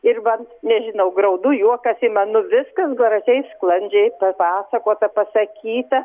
ir vat nežinau graudu juokas ima nu viskas gražiai sklandžiai papasakota pasakyta